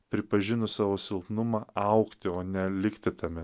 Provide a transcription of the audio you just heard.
pripažinus savo silpnumą augti o ne likti tame